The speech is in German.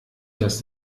das